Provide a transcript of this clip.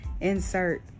Insert